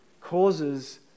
causes